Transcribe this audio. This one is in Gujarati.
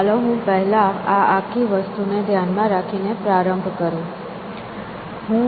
ચાલો હું પહેલા આ આખી વસ્તુને ધ્યાનમાં રાખીને પ્રારંભ કરું